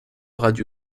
radio